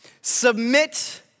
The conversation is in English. Submit